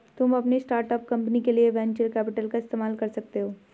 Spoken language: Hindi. तुम अपनी स्टार्ट अप कंपनी के लिए वेन्चर कैपिटल का इस्तेमाल कर सकते हो